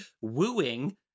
wooing